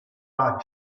are